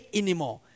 anymore